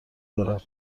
دارم